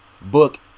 book